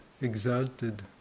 exalted